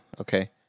Okay